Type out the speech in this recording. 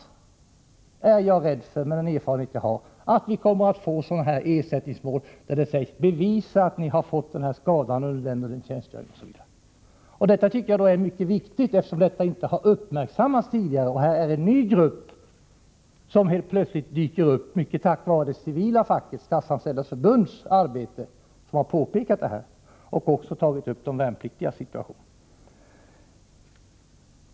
I annat fall är jag, med den erfarenhet jag har, rädd för att vi kommer att få ersättningsmål där man säger: Bevisa att ni fått skadan under denna tjänstgöring! Detta tycker jag är mycket viktigt, eftersom det inte har uppmärksammats tidigare. Här är alltså en ny grupp som helt plötsligt blivit uppmärksammad -— mycket tack vare det civila facket, Statsanställdas förbund, som har påpekat detta och som också tagit upp de värnpliktigas situation.